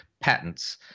patents